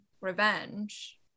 revenge